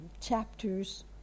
chapters